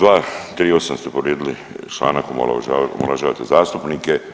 238 ste povrijedili članak, omalovažavate zastupnike.